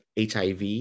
HIV